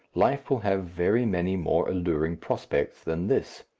life will have very many more alluring prospects than this.